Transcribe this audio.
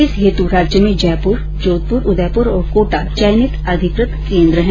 इस हेतु राज्य में जयपुर जोधपुर उदयपुर और कोटा चयनित अधिकृत कोन्द्र हैं